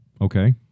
Okay